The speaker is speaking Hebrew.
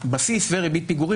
בסיס וריבית פיגורים,